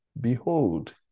Behold